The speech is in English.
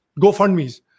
GoFundMes